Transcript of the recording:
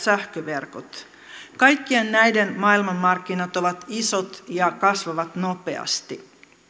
sähköverkot kaikkien näiden maailmanmarkkinat ovat isot ja kasvavat nopeasti